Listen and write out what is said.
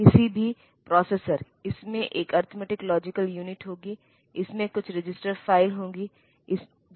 तो वर्ड आकार 8 बिट है